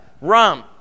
rum